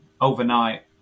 overnight